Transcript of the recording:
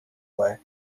way